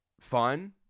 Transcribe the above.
fun